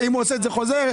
אם הוא עושה את זה חוזה,